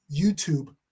YouTube